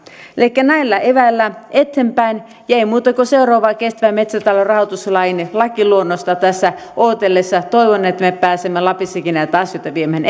elikkä näillä eväillä eteenpäin ja ei muuta kuin seuraavaa kestävän metsätalouden rahoituslain lakiluonnosta tässä odotellessa toivon että me pääsemme lapissakin näitä asioita viemään